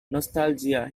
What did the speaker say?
nostalgia